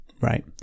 right